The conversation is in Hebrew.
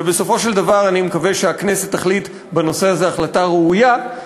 ובסופו של דבר אני מקווה שהכנסת תחליט בנושא הזה החלטה ראויה,